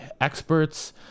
experts